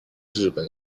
日本